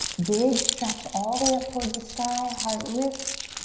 big stretch all the way up towards the sky, heart lifts.